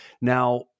Now